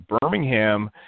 Birmingham